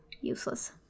useless